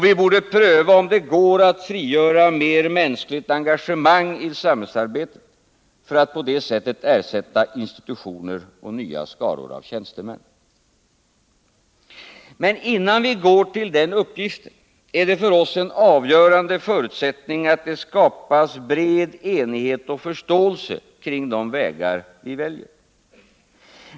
Vi borde pröva om det går att frigöra mer mänskligt engagemang i samhällsarbetet för att på det sättet ersätta institutioner och nya skaror av tjänstemän. Men innan vi går till den uppgiften är det för oss en avgörande förutsättning att det skapas bred enighet och förståelse kring de vägar vi väljer.